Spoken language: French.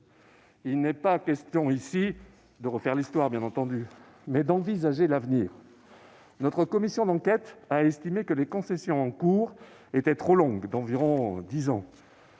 Il n'est pas question ici de refaire l'histoire, mais d'envisager l'avenir. Notre commission d'enquête a estimé que les concessions en cours étaient trop longues d'environ dix ans